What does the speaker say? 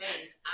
face